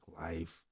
life